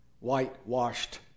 whitewashed